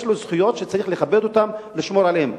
יש לו זכויות שצריך לכבד אותן, לשמור עליהן.